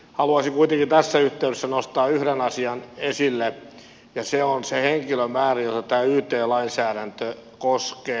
haluaisin kuitenkin tässä yhteydessä nostaa yhden asian esille ja se on se henkilömäärä jota tämä yt lainsäädäntö koskee